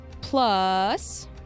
Plus